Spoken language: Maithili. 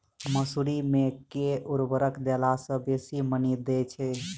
मसूरी मे केँ उर्वरक देला सऽ बेसी मॉनी दइ छै?